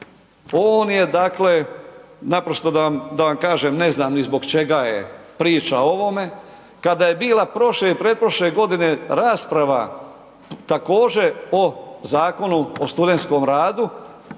on je dakle naprosto da vam kažem, ne znam ni zbog čega je priča o ovome kada je bila prošle i pretprošle godine rasprava također, o Zakonu o studentskom radu,